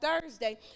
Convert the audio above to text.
Thursday